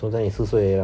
现在你四岁而已 lah